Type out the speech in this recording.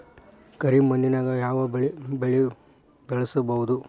ಕರಿ ಮಣ್ಣಾಗ್ ಯಾವ್ ಬೆಳಿ ಬೆಳ್ಸಬೋದು?